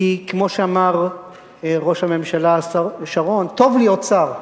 כי כמו שאמר ראש הממשלה שרון, טוב להיות שר,